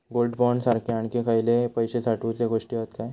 Gold bond सारखे आणखी खयले पैशे साठवूचे गोष्टी हत काय?